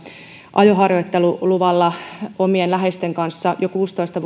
ajoharjoitteluluvalla omien läheisten kanssa jo kuusitoista